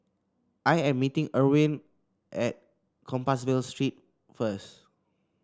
I am meeting Irvin at Compassvale Street first